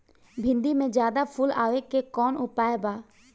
भिन्डी में ज्यादा फुल आवे के कौन उपाय बा?